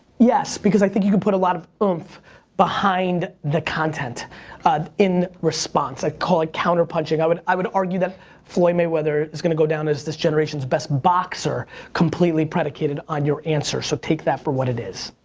yes, because i think you can put a lot of oomph behind the content in response. i call it counter-punching. i would i would argue that floyd mayweather is gonna go down as this generation's best boxer completely predicated on your answer, so take that for what it is.